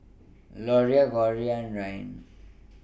Liliana Gloria and Ryne